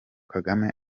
kagame